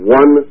one